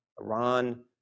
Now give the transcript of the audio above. Iran